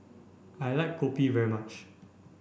I like Kopi very much